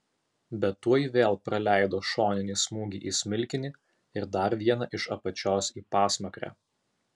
bet tuoj vėl praleido šoninį smūgį į smilkinį ir dar vieną iš apačios į pasmakrę